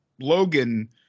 Logan